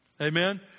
Amen